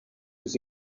aux